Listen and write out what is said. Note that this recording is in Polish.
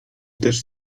też